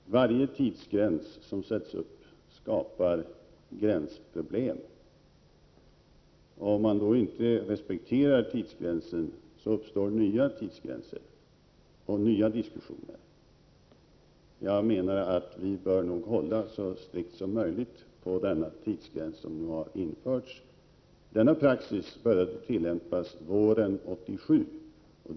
Herr talman! Varje tidsgräns som uppställs skapar gränsproblem. Om man då inte respekterar tidsgränsen uppstår nya tidsgränser och nya diskussioner. Jag menar att vi bör hålla så strikt som möjligt på den tidsgräns som har införts. Denna praxis började tillämpas våren 1987.